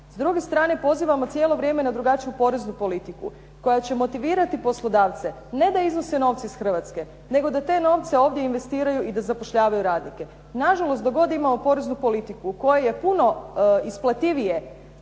S druge strane, pozivamo cijelo vrijeme na drugačiju poreznu politiku koja će motivirati poslodavce ne da iznose novce iz Hrvatske nego da te novce ovdje investiraju i da zapošljavaju radnike. Nažalost, dok god imamo poreznu politiku u kojoj je puno isplativije